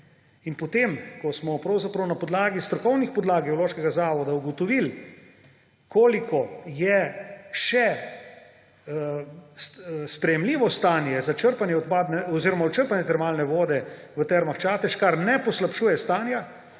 In ko smo potem pravzaprav na podlagi strokovnih podlag Geološkega zavoda ugotovil, koliko je še sprejemljivo stanje za črpanje termalne vode v Termah Čatež, kar ne poslabšuje stanja,